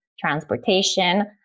transportation